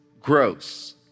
gross